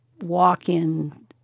walk-in